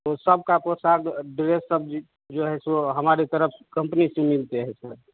वो सब का पोशाक अ ड्रेस सब ज जो है सो हमारे तरफ कंपनी से मिलते हैं सब